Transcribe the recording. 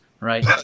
right